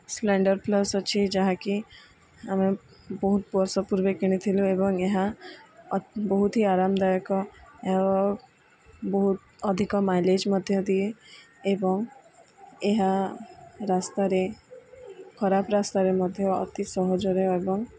Splendor Plus ଅଛି ଯାହାକି ଆମେ ବହୁତ ବର୍ଷ ପୂର୍ବେ କିଣିଥିଲୁ ଏବଂ ଏହା ବହୁତ ହି ଆରାମଦାୟକ ଓ ବହୁତ ଅଧିକ ମାଇଲେଜ ମଧ୍ୟ ଦିଏ ଏବଂ ଏହା ରାସ୍ତାରେ ଖରାପ ରାସ୍ତାରେ ମଧ୍ୟ ଅତି ସହଜରେ ଏବଂ